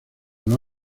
los